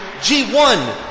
G1